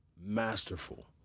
Masterful